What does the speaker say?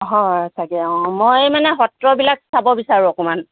হয় তাকে অঁ মই মানে সত্ৰবিলাক চাব বিচাৰোঁ অকণমান